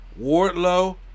Wardlow